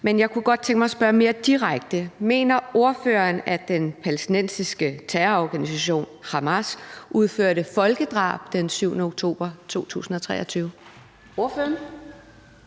Men jeg kunne godt tænke mig at spørge mere direkte: Mener ordføreren, at den palæstinensiske terrororganisation Hamas udførte folkedrab den 7. oktober 2023?